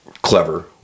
Clever